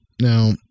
Now